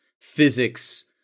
physics